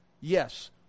Yes